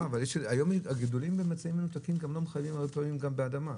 היום הגידולים במצעים מנותקים גם לא חלים על דברים גם באדמה.